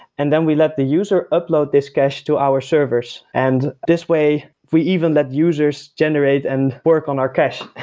and then we let the user upload this cache to our servers and this way, we even let users generate and work on our cache.